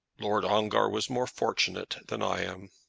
lord ongar was more fortunate than i am.